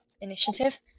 initiative